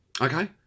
okay